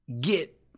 get